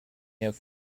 have